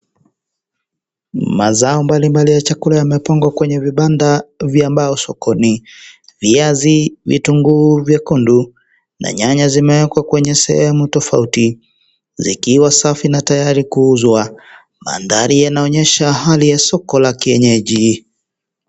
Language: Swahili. Mazao mbalimbali ya chakula yamepunga kwenye vibanda sokoni, viazi, vitungu vyekundu na nyanya zimeekwa kwenye sehemu tofauti zikiwa Safi na tayari kuuzwa, mandhari yanaonyesha Hali ya soko la Kienyeji.